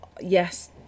yes